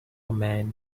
man